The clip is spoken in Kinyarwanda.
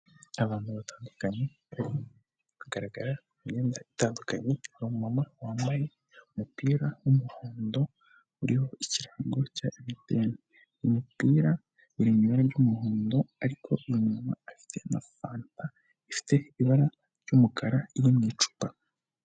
Abantu batandukanye barimo kugaragara ku mu myenda itandukanye, hari umumama wambaye umupira w'umuhondo uriho ikirango cya emutiyene, umupira uri mu ibara ry'umuhondo ariko umumama afite na fanta ifite ibara ry'umukara, iri mu icupa.